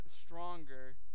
stronger